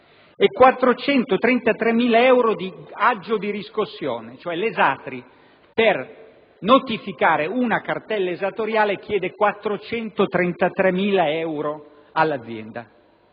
e 433.000 euro di aggio di riscossione; cioè l'ESATRI per notificare una cartella esattoriale chiede 433.000 euro all'azienda.